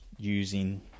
using